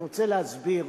אני רוצה להסביר